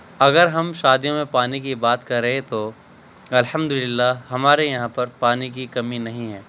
اگر ہم شادیوں میں پانی کی بات کریں تو الحمداللہ ہمارے یہاں پر پانی کی کمی نہیں ہے